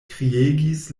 kriegis